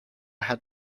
had